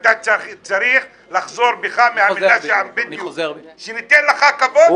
אתה צריך לחזור בך מהמילה שניתן לך כבוד -- אני חוזר בי.